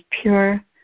pure